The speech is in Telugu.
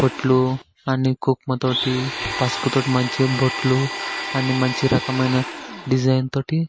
బొట్లూ అన్నీ కుంకుమతోటి పసుపుతోటి మంచిగ బొట్లూ అన్నీ మంచి రకమైన డిజైన్తోటి